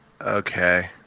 Okay